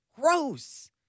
gross